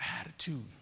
Attitude